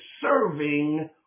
serving